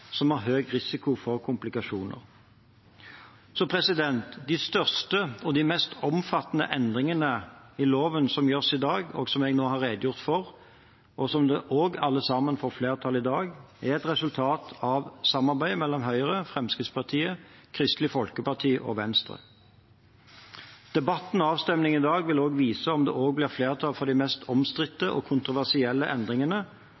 som har høy risiko for komplikasjoner. De største og mest omfattende endringene i loven som gjøres i dag, som jeg nå har redegjort for, og som alle får flertall i dag, er et resultat av samarbeidet mellom Høyre, Fremskrittspartiet, Kristelig Folkeparti og Venstre. Debatten og avstemningen i dag vil vise om det også blir flertall for de mest omstridte og kontroversielle endringene